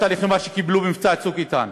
אות הלחימה שקיבלו במבצע "צוק איתן".